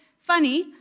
funny